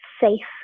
safe